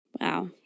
Wow